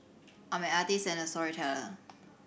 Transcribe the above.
I am an artist and a storyteller